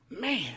Man